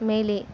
மேலே